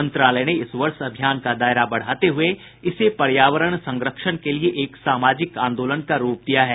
मंत्रालय ने इस वर्ष अभियान का दायरा बढ़ाते हुए इसे पर्यावरण संरक्षण के लिए एक सामाजिक आंदोलन का रूप दिया है